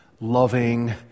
loving